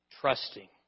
trusting